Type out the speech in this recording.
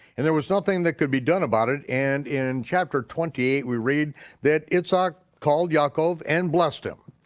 and there was nothing that could be done about it, and in chapter twenty eight we read that yitzhak called yaakov and blessed him.